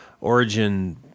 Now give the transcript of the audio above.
origin